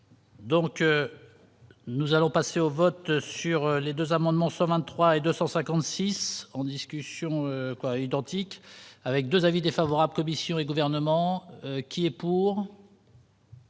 Donc, nous allons passer au vote sur les 2 amendements, soit 23 et 256. En discussion quoi identique avec 2 avis défavorables commission et gouvernement, qui est pour.